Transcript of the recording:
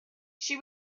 she